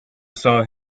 saw